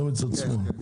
לא מצד שמאל.